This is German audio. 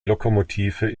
lokomotive